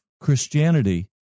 Christianity